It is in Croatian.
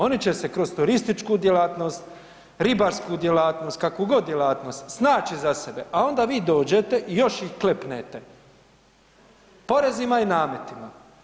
Oni će se kroz turističku djelatnost, ribarsku djelatnost, kakvu god djelatnost snaći za sebe, a onda vi dođete i još ih klepnete porezima i nametima.